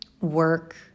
work